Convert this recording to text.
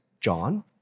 John